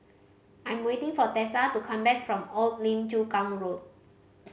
I'm waiting for Tessa to come back from Old Lim Chu Kang Road